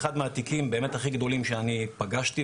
אחד מהתיקים באמת הכי גדולים שאני פגשתי,